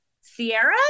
Sierra